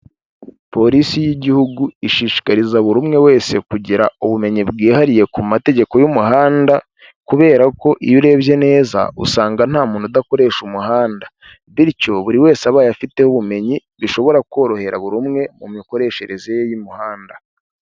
Polisi y'igihugu ishishikariza buri umwe wese kugira ubumenyi bwihariye ku mategeko y'umuhanda, kubera ko iyo urebye neza usanga nta muntu udakoresha umuhanda, bityo buri wese abaye afiteho ubumenyi bishobora korohera buri umwe mu mikoreshereze ye y'umuhanda.